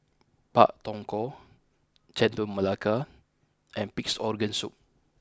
Pak Thong Ko Chendol Melaka and Pig'S Organ Soup